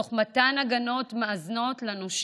תוך מתן הגנות מאזנות לנושים.